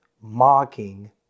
mocking